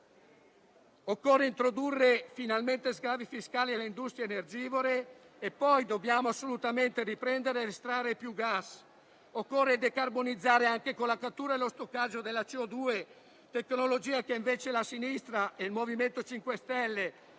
Occorre introdurre finalmente sgravi fiscali alle industrie energivore e dobbiamo assolutamente riprendere a estrarre più gas. Occorre decarbonizzare anche con la cattura e lo stoccaggio della CO2, tecnologia che - invece - la sinistra e il MoVimento 5 Stelle,